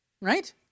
Right